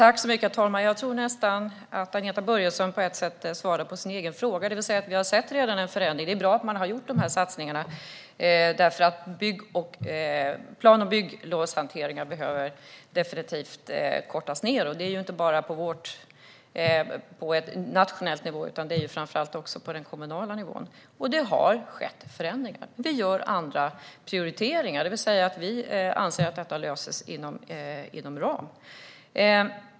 Herr talman! Jag tror nästan att Agneta Börjesson på ett sätt svarade på sin egen fråga. Vi har redan sett en förändring. Det är bra att man har gjort de satsningarna, för plan och bygglovshanteringen behöver definitivt kortas ned. Det gäller inte bara på nationell utan också och framför allt på kommunal nivå. Och det har skett förändringar. Vi gör andra prioriteringar och anser att detta löses inom ram.